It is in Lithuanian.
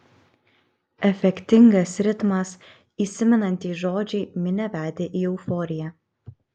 efektingas ritmas įsimenantys žodžiai minią vedė į euforiją